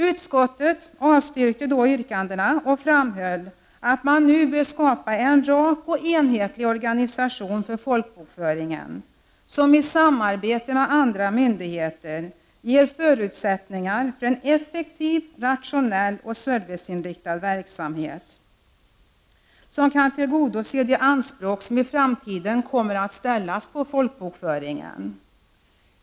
Utskottet avstyrkte då yrkandena och framhöll att man nu bör skapa en rak och enhetlig organisation för folkbokföringen, som i samarbete med andra myndigheter ger förutsättningar för en effektiv, rationell och serviceinriktad verksamhet, som kan tillgodose de anspråk som i framtiden kommer att ställas på folkbokföringen.